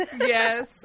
Yes